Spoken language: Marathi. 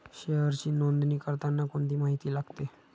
शेअरची नोंदणी करताना कोणती माहिती लागते?